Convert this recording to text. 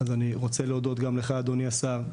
אז אני רוצה להודות גם לך אדוני השר,